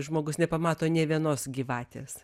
žmogus nepamato nė vienos gyvatės